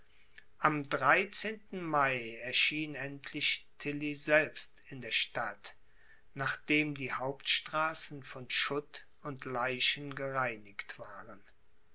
am mai erschien endlich tilly selbst in der stadt nachdem die hauptstraßen von schutt und leichen gereinigt waren